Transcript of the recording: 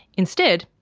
instead,